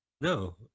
No